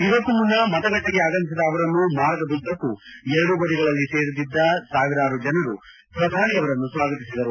ಇದಕ್ಕೂ ಮುನ್ನ ಮತಗಟ್ಟೆಗೆ ಆಗಮಿಸಿದ ಅವರನ್ನು ಮಾರ್ಗದುದ್ದಕ್ಕೂ ಎರಡೂ ಬದಿಗಳಲ್ಲಿ ನೆರೆದಿದ್ದ ಸಾವಿರಾರು ಜನರು ಪ್ರಧಾನಿ ಅವರನ್ನು ಸ್ವಾಗತಿಸಿದರು